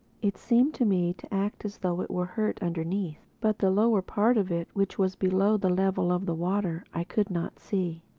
it seemed to me to act as though it were hurt underneath but the lower part of it, which was below the level of the water, i could not see.